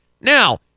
Now